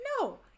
No